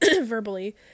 verbally